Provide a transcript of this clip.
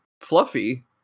fluffy